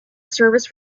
service